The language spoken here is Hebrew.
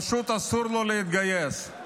פשוט אסור לו להתגייס.